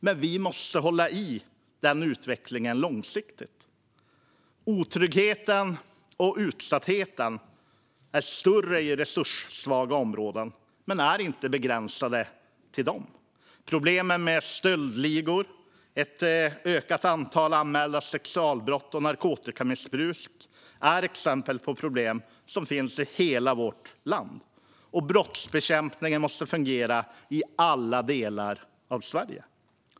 Men vi måste hålla i den utvecklingen långsiktigt. Otryggheten och utsattheten är större i resurssvaga områden men är inte begränsade till dem. Stöldligor, ett ökande antal anmälda sexualbrott och narkotikamissbruk är exempel på problem som finns i hela vårt land. Brottsbekämpningen måste fungera i alla delar av Sverige.